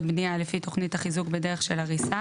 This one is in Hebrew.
בנייה לפי תכנית החיזוק בדרך של הריסה"